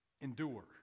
endure